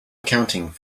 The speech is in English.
accounting